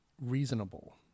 reasonable